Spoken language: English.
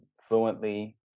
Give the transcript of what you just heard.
fluently